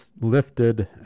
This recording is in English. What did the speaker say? lifted